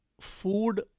food